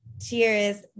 cheers